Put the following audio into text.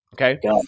okay